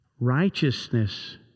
Righteousness